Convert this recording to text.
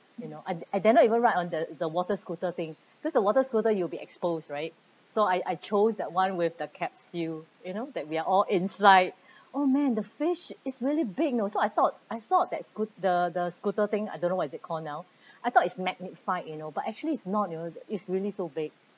you know I I dare not even ride on the the water scooter thing cause the water scooter you'll be exposed right so I I chose that [one] with the capsule you know that we are all inside oh man the fish is really big you know so I thought I thought that is scoo~ the the scooter thing I don't know what is it call now I thought it's magnifying you know but actually it's not you know it's really so big